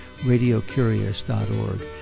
radiocurious.org